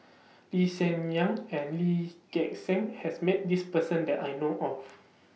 Lee Hsien Yang and Lee Gek Seng has Met This Person that I know of